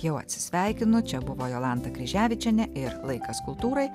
jau atsisveikinu čia buvo jolanta kryževičienė ir laikas kultūrai